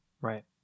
Right